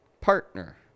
Partner